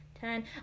Ten